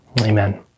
Amen